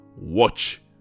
watch